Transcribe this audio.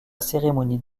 cérémonie